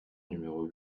numéro